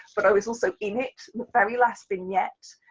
but i was also in it, the very last vignette,